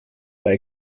bei